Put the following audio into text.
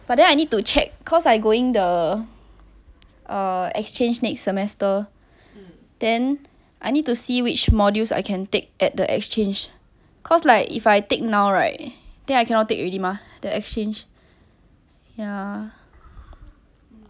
but then I need to check cause I going the err exchange next semester then I need to see which modules I can take at the exchange cause like if I take now right then I cannot take already mah the exchange ya